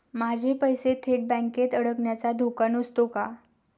माझे पैसे थेट बँकेत अडकण्याचा धोका नसतो का?